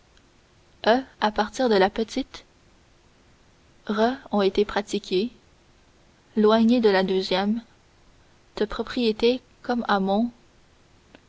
à partir de la petite res ont été pratiquées loigné de la deuxième te propriété comme à